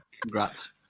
Congrats